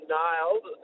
nailed